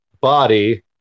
body